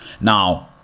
Now